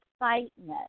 excitement